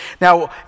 Now